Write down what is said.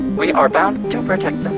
we are bound to protect them,